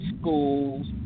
schools